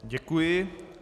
Děkuji.